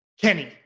Kenny